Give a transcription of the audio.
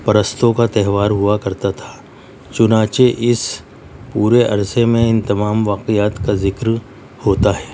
پرستوں کا تہوار ہوا کرتا تھا چنانچہ اس پورے عرصے میں ان تمام واقعات کا ذکر ہوتا ہے